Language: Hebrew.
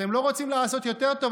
אתם לא רוצים לעשות יותר טוב,